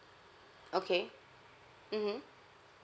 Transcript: okay mmhmm